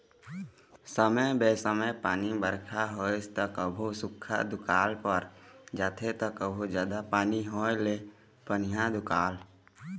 समे बेसमय पानी बरखा होइस त कभू सुख्खा दुकाल पर जाथे त कभू जादा पानी होए ले पनिहा दुकाल